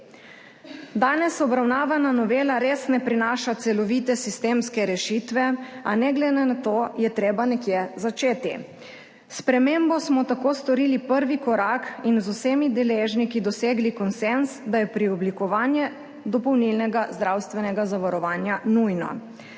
Danes obravnavana novela res ne prinaša celovite sistemske rešitve, a ne glede na to je treba nekje začeti spremembo. Tako smo storili prvi korak in z vsemi deležniki dosegli konsenz, da je preoblikovanje dopolnilnega zdravstvenega zavarovanja nujno.